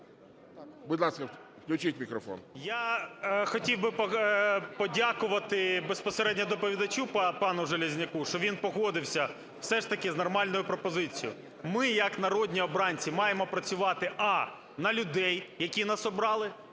Будь ласка, включіть мікрофон. 18:23:40 ІВЧЕНКО В.Є. Я хотів би подякувати безпосередньо доповідачу, пану Железняку, що він погодився все ж таки з нормальною пропозицією. Ми як народні обранці, маємо працювати: а) на людей, які нас обрали;